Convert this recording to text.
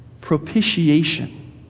propitiation